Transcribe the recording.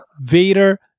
Vader